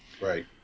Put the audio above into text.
Right